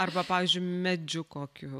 arba pavyzdžiui medžiu kokiu